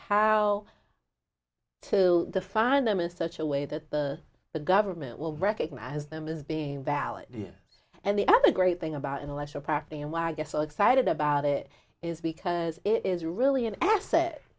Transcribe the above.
how to define them in such a way that the government will recognize them as being valid and the other great thing about intellectual property and why get so excited about it is because it is really an asset